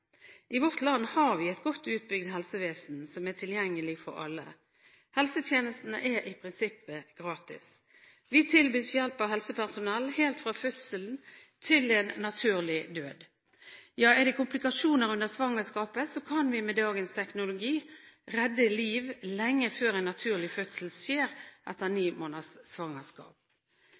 I vårt land har vi et godt utbygd helsevesen som er tilgjengelig for alle. Helsetjenestene er i prinsippet gratis. Vi tilbys hjelp av helsepersonell helt fra fødselen til en naturlig død. Ja, er det komplikasjoner under svangerskapet, kan vi med dagens teknologi redde liv lenge før en naturlig fødsel skjer etter ni måneders svangerskap.